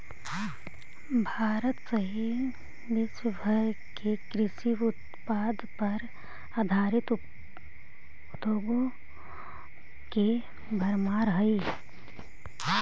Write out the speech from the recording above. भारत सहित विश्व भर में कृषि उत्पाद पर आधारित उद्योगों की भरमार हई